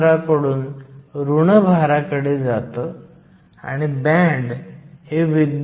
तर आपण भरू शकतो आणि हे 1